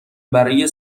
برای